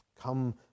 Come